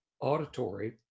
auditory